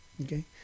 Okay